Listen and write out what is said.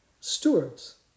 stewards